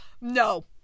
no